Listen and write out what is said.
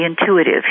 intuitive